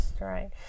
right